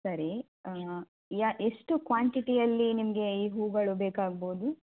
ಸರಿ ಯಾ ಎಷ್ಟು ಕ್ವಾಂಟಿಟಿಯಲ್ಲಿ ನಿಮಗೆ ಈ ಹೂಗಳು ಬೇಕಾಗ್ಬೋದು